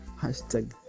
Hashtag